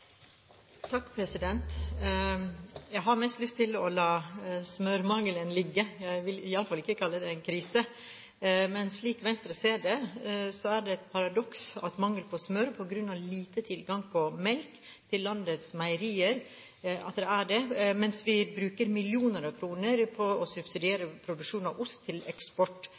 Jeg har mest lyst til å la smørmangelen ligge. Jeg vil i alle fall ikke kalle det en krise. Men slik Venstre ser det, er det et paradoks at det er mangel på smør på grunn av lite tilgang på melk til landets meierier, mens vi bruker millioner av kroner på å subsidiere produksjon av ost til eksport